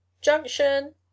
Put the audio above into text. Junction